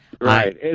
Right